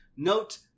Note